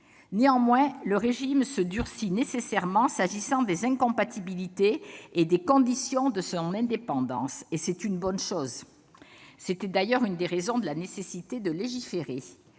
Néanmoins, le régime se durcit nécessairement s'agissant des incompatibilités et des conditions de son indépendance, et c'est une bonne chose. C'était d'ailleurs une des raisons de la nécessité de légiférer.